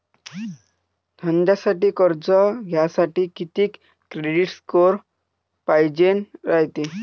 धंद्यासाठी कर्ज घ्यासाठी कितीक क्रेडिट स्कोर पायजेन रायते?